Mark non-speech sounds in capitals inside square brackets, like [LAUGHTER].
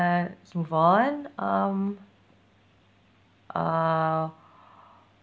let's move on um uh [BREATH]